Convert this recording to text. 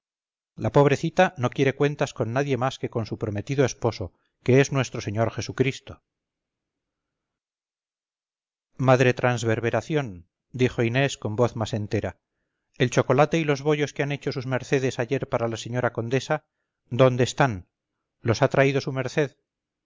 la pobrecita no quiere cuentas con nadie más que con su prometido esposo que es nuestro señor jesucristo madre transverberación dijo inés con voz más entera el chocolate y los bollos que han hecho sus mercedes ayer para la señora condesa dónde están los ha traído su merced